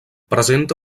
presenta